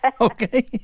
okay